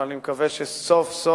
אבל אני מקווה שסוף-סוף,